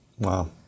Wow